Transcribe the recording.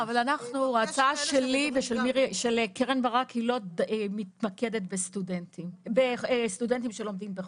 ההצעה שלי ושל קרן ברק לא מתמקדת בסטודנטים שלומדים בחו"ל.